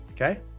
okay